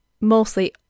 mostly